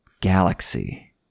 galaxy